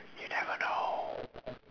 you never know